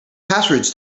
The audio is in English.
passwords